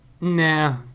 nah